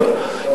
גם,